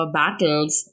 battles